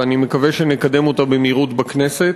ואני מקווה שנקדם אותה במהירות בכנסת.